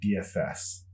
DFS